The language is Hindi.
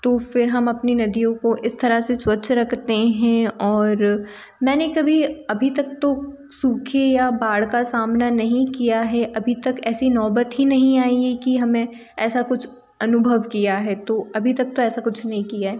तो फिर हम अपनी नदियों को इस तरह से स्वच्छ रखते हैं और मैंने कभी अभी तक तो सूखे या बाढ़ का सामना नहीं किया है अभी तक ऐसी नौबत ही नहीं आई है कि हमें ऐसा कुछ अनुभव किया है तो अभी तक तो ऐसा कुछ नहीं किया है